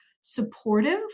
supportive